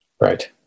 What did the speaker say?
Right